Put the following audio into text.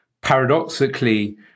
paradoxically